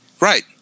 Right